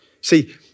See